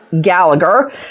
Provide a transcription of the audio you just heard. Gallagher